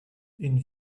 une